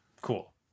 cool